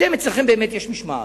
באמת אצלכם יש משמעת,